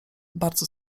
bardzo